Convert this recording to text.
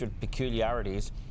peculiarities